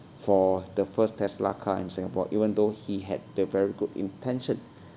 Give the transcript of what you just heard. for the first tesla car in singapore even though he had the very good intention